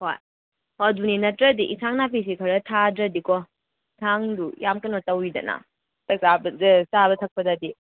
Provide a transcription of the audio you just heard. ꯍꯣꯏ ꯍꯣ ꯑꯗꯨꯅꯤ ꯅꯠꯇ꯭ꯔꯗꯤ ꯏꯟꯁꯥꯡ ꯅꯥꯄꯤꯁꯤ ꯈꯔ ꯊꯥꯗ꯭ꯔꯗꯤꯀꯣ ꯏꯟꯁꯥꯡꯗꯨ ꯌꯥꯝ ꯀꯩꯅꯣ ꯇꯧꯋꯤꯗꯅ ꯆꯥꯕ ꯊꯛꯄꯗꯗꯤ